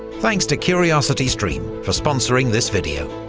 thanks to curiositystream for sponsoring this video.